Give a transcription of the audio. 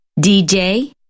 DJ